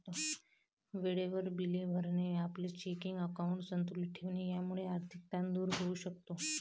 वेळेवर बिले भरणे, आपले चेकिंग अकाउंट संतुलित ठेवणे यामुळे आर्थिक ताण दूर होऊ शकतो